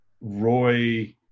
Roy